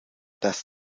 das